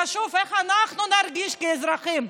חשוב איך אנחנו נרגיש כאזרחים.